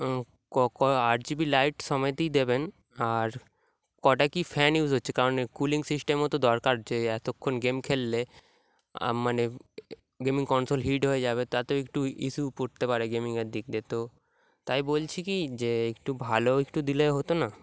ক ক আট জিবি লাইট সময়তেই দেবেন আর কটা কি ফ্যান ইউজ হচ্ছে কারণ কুলিং সিস্টেমও তো দরকার যে এতক্ষণ গেম খেললে মানে গেমিং কন্ট্রোল হিট হয়ে যাবে তাতেও একটু ইস্যু পড়তে পারে গেমিংয়ের দিক দিয়ে তো তাই বলছি কি যে একটু ভালো একটু দিলে হতো না